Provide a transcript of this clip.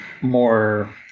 more